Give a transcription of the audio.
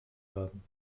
haben